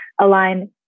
align